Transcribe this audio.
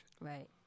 Right